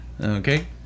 okay